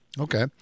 Okay